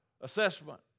assessment